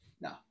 no